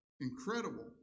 incredible